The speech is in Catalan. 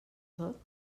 tot